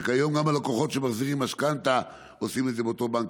כיום גם הלקוחות שמחזירים משכנתה עושים את זה באותו בנק,